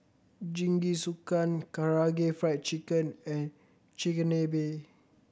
Jingisukan Karaage Fried Chicken and Chigenabe